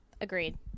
Agreed